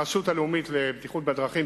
הרשות הלאומית לבטיחות בדרכים,